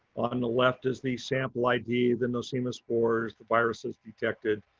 on the left is the sample id the nosema spore, the viruses detected.